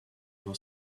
was